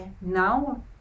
now